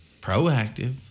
proactive